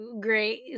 great